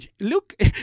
look